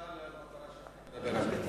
אתה תחטא למטרה שאתה מדבר עליה,